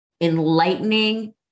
enlightening